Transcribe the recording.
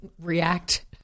React